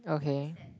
okay